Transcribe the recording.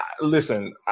listen